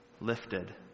lifted